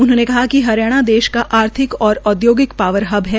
उन्होंने कहा कि हरियाणा देश का एक आर्थिक और औद्योगिक पॉवर हब है